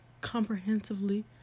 comprehensively